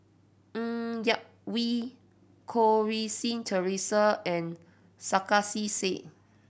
Ng Yak Whee Goh Rui Si Theresa and Sarkasi Said